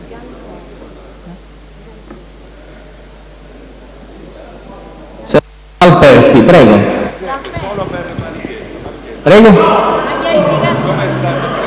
Grazie,